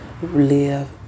Live